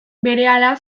berehala